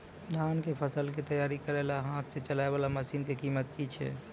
धान कऽ फसल कऽ तैयारी करेला हाथ सऽ चलाय वाला मसीन कऽ कीमत की छै?